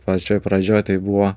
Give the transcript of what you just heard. pačioj pradžioj tai buvo